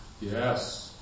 yes